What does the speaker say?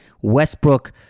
Westbrook